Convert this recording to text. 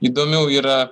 įdomių yra